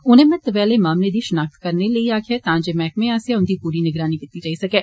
उनें महत्वै आले मामले दी शिनाख्त करने लेई आक्खेआ तां जे मैहकमे आस्सेआ उन्दी पूरी निगरानी कीती जाई सके